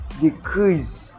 decrease